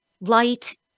light